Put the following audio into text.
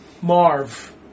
Marv